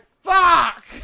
Fuck